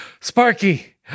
Sparky